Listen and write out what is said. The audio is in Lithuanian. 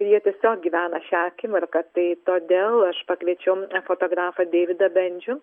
ir jie tiesiog gyvena šia akimirka kai todėl aš pakviečiau fotografą deividą bendžių